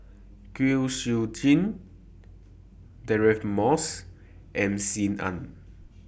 Kwek Siew Jin Deirdre Moss and SIM Ann